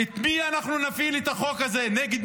נגד מי אנחנו נפעיל את החוק הזה?